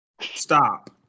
stop